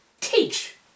Teach